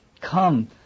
Come